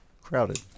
crowded